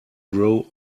grow